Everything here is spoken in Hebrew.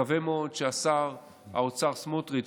מקווה מאוד ששר האוצר סמוטריץ'